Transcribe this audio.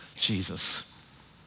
Jesus